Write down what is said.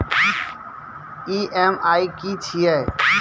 EMI की छिये?